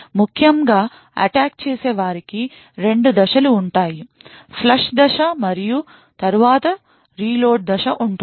ముఖ్యంగా అటాక్ చేసే వారికి 2 దశలు ఉంటాయి ఫ్లష్ దశ మరియు తరువాత రీలోడ్ దశ ఉంటుంది